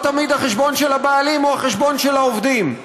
לא תמיד החשבון של הבעלים הוא החשבון של העובדים.